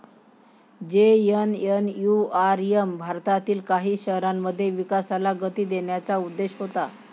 JNNURM भारतातील काही शहरांमध्ये विकासाला गती देण्याचा उद्देश होता